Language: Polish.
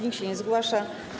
Nikt się nie zgłasza.